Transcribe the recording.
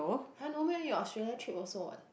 har no meh your Australia trip also what